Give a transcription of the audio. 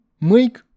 make